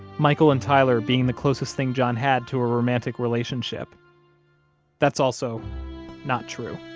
michael and tyler being the closest thing john had to a romantic relationship that's also not true